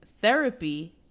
Therapy